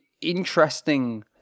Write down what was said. interesting